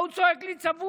מה הוא צועק לי צבוע?